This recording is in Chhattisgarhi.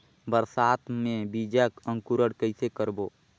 बरसात मे बीजा अंकुरण कइसे करबो?